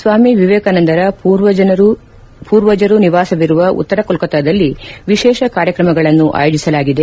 ಸ್ವಾಮಿ ವಿವೇಕಾನಂದರ ಪೂರ್ವಜನರ ನಿವಾಸವಿರುವ ಉತ್ತರಕೊಲ್ಕತ್ತಾದಲ್ಲಿ ವಿಶೇಷ ಕಾರ್ಯಕ್ರಮಗಳನ್ನು ಆಯೋಜಿಸಲಾಗಿದೆ